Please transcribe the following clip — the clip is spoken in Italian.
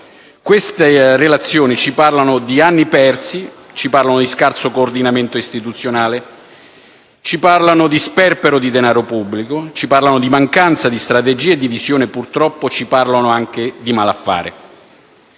Queste relazioni ci parlano di anni persi, di scarso coordinamento istituzionale, di sperpero di denaro pubblico, di mancanza di strategia e di visione e, purtroppo, ci parlano anche di malaffare.